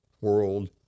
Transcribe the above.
world